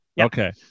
Okay